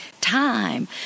time